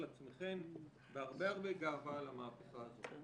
עצמכן בהרבה הרבה גאווה על המהפכה הזאת.